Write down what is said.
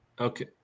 okay